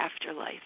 afterlife